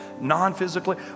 non-physically